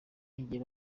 igihe